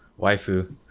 waifu